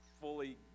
fully